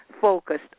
focused